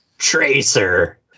Tracer